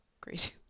crazy